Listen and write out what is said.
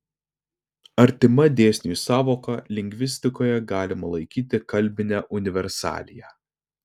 artima dėsniui sąvoka lingvistikoje galima laikyti kalbinę universaliją